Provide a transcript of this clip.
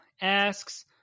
asks